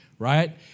Right